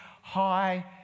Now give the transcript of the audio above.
high